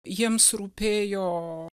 jiems rūpėjo